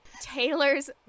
Taylor's